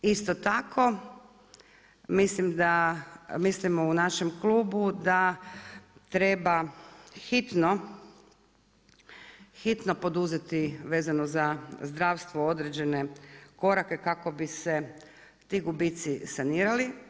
Isto tako, mislim da mislimo u našem klubu da treba hitno poduzeti vezano za zdravstvo određene korake kako bi se ti gubici sanirali.